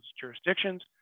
jurisdictions